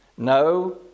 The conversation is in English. No